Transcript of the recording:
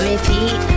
Repeat